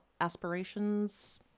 aspirations